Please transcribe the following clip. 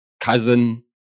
cousin